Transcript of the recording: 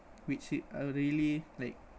which it uh really like